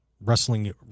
wrestling